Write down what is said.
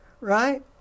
right